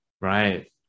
Right